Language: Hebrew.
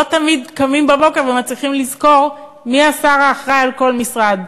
לא תמיד קמים בבוקר ומצליחים לזכור מי השר האחראי לכל משרד,